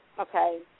okay